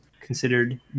considered